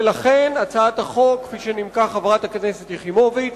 ולכן הצעת החוק, כפי שנימקה חברת הכנסת יחימוביץ,